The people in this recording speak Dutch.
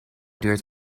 duurt